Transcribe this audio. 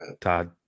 todd